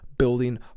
building